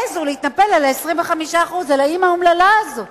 העזו להתנפל על ה-25%, על האמא האומללה הזאת.